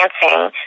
dancing